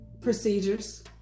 procedures